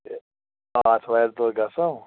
تہٕ آتھوارِ دۄہ گَژھو